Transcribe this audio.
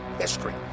history